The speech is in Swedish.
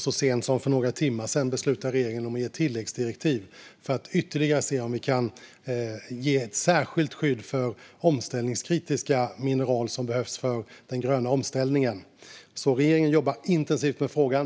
Så sent som för några timmar sedan beslutade regeringen också om att ge ett tilläggsdirektiv för att se om vi kan ge ytterligare särskilt skydd för omställningskritiska mineral som behövs för den gröna omställningen. Regeringen jobbar alltså intensivt med frågan.